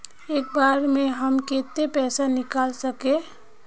एक बार में हम केते पैसा निकल सके?